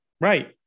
right